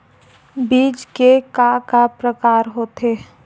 बीज के का का प्रकार होथे?